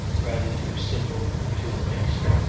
rather too simple than too mixed,